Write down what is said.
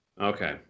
okay